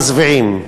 מזוויעים.